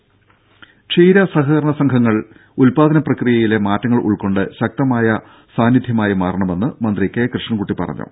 രും ക്ഷീര സഹകരണ സംഘങ്ങൾ ഉൽപ്പാദന പ്രക്രിയയിലെ മാറ്റങ്ങൾ ഉൾക്കൊണ്ട് ശക്തമായ സാന്നിധ്യമായി മാറണമെന്ന് മന്ത്രി കെ കൃഷ്ണൻകുട്ടി പറഞ്ഞു